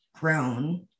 grown